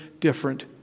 different